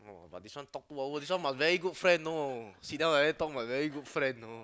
but this one talk two hours this one must very good friend know sit down like that talk must be very good friend know